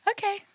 Okay